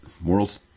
morals